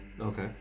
Okay